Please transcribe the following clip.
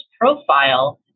profile